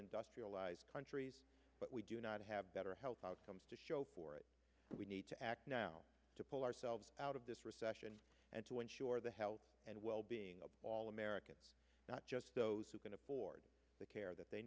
industrialized countries but we do not have better health outcomes to show for it we need to act now to pull ourselves out of this recession and to ensure the health and well being of all americans not just those who can afford the care that they